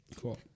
cool